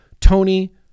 Tony